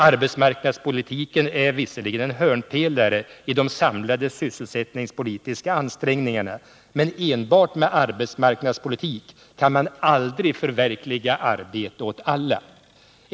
Arbetsmarknadspolitiken är visserligen en hörnpelare i de samlade sysselsättningspolitiska ansträngningarna, men enbart med arbetsmarknadspolitik kan man aldrig förverkliga målsättningen arbete åt alla.